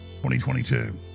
2022